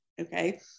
Okay